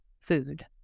food